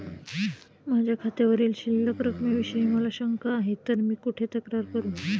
माझ्या खात्यावरील शिल्लक रकमेविषयी मला शंका आहे तर मी कुठे तक्रार करू?